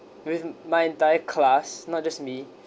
with my entire class not just me